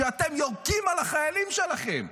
כשאתם יורקים על החיילים שלכם?